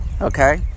Okay